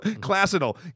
classical